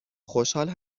خوشحال